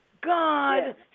God